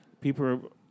people